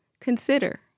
Consider